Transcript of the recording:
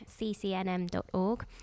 ccnm.org